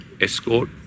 escort